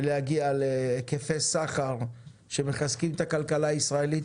ולהגיע להיקפי סחר שמחזקים את הכלכלה הישראלית